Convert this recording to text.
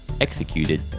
executed